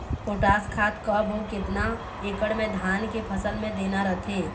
Potash खाद कब अऊ केतना एकड़ मे धान के फसल मे देना रथे?